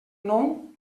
nou